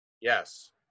Yes